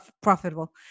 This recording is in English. profitable